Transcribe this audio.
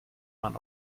man